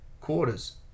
quarters